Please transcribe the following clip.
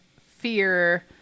fear